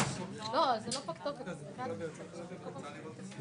בפעילות צמודה מול אזרחים ותיקים ונתקלים בכל מיני מצבים